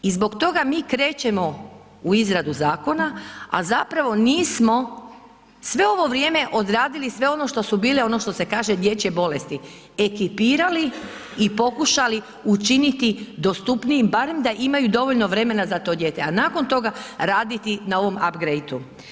I zbog toga mi krećemo u izradu zakona, a zapravo nismo sve ovo vrijeme odradili sve ono što su bile ono što se kaže dječje bolesti, ekipirali i pokušali učiniti dostupnijim barem da imaju dovoljno vremena za to dijete, a nakon toga raditi na ovom upgradeu.